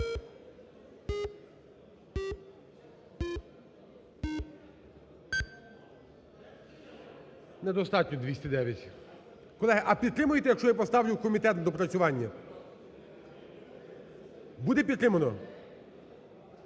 Недостатньо – 209. Колеги, а підтримаєте, якщо я поставлю в комітет на доопрацювання? Буде підтримано?